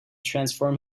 transform